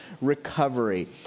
recovery